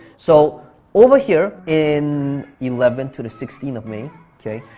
so over here in eleven to the sixteen of may okay,